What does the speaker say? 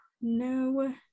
No